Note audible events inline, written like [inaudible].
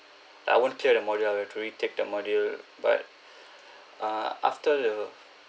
that I won't clear the module I will literally take the module but [breath] err after the